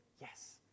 yes